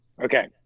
Okay